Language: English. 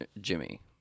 Jimmy